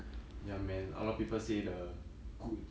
ya man a lot of people say the good